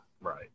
Right